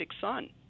son